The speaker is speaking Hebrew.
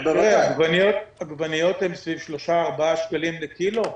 אדוני, עגבניות הן סביב 3 4 שקלים לקילוגרם.